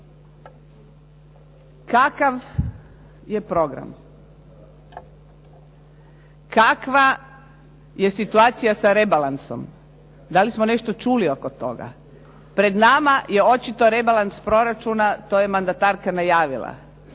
Kakav je program? Kakva je situacija sa rebalansom? Da li smo nešto čuli oko toga? Pred nama je očito rebalans proračuna, to je mandatarka najavila.